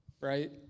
right